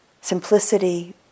simplicity